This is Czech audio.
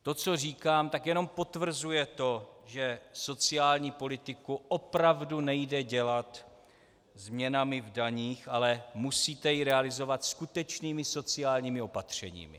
To, co říkám, jen potvrzuje to, že sociální politiku opravdu nejde dělat změnami v daních, ale musíte ji realizovat skutečnými sociálními opatřeními.